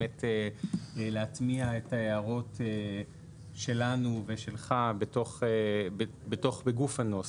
להטמיע את ההערות שלנו ושלך בגוף הנוסח.